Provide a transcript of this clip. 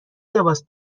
لباس